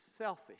selfish